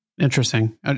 Interesting